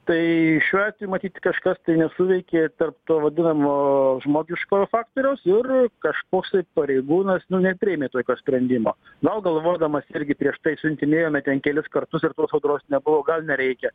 tai šiuo atveju matyt kažkas tai nesuveikė tarp to vadinamojo žmogiškojo faktoriaus ir kažkoks pareigūnas nu nepriėmė tokio sprendimo gal galvodamas irgi prieš tai siuntinėjome ten kelis kartus ir tos audros nebuvo gal nereikia